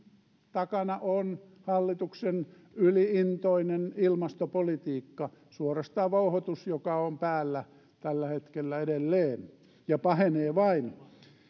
takana on hallituksen yli intoinen ilmastopolitiikka suorastaan vouhotus joka on päällä tällä hetkellä edelleen ja pahenee vain